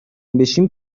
بشیم